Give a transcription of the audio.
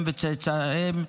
הם וצאצאיהם,